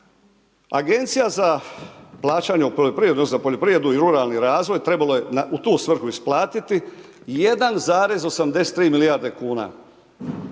Agencija za plaćanje u poljoprivredi, za poljoprivredu i ruralni razvoj trebalo je u tu svrhu isplatiti 1,83 milijarde kuna.